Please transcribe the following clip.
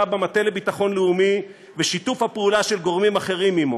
במטה לביטחון לאומי ושיתוף הפעולה של גורמים אחרים עמו,